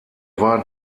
war